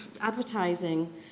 advertising